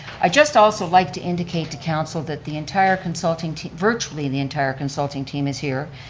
i'd just also like to indicated to council that the entire consulting team, virtually the entire consulting team is here,